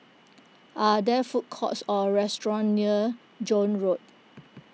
are there food courts or restaurants near Joan Road